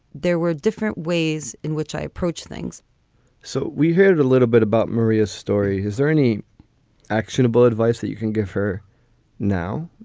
there were different ways in which i approach things so we heard a little bit about maria's story. is there any actionable advice that you can give her now,